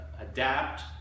adapt